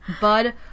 Bud